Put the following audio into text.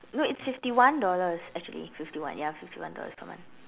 no it's fifty one dollars actually fifty one ya fifty one dollars per month